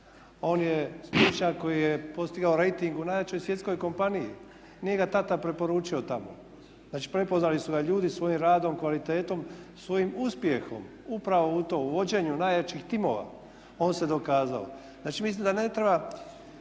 on je stručnjak koji je postigao rejting u najjačoj svjetskoj kompaniji. Nije ga tata preporučio tamo. Znači prepoznali su ga ljudi svojim radom, kvalitetom, svojim uspjehom upravo u tome, u vođenju najjačih timova. On se dokazao. Znači mislim da ne trebate